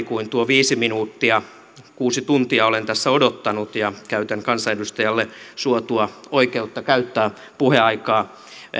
kuin tuon viisi minuuttia kuusi tuntia olen tässä odottanut ja käytän kansanedustajalle suotua oikeutta käyttää puheaikaa